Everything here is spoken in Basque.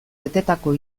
betetako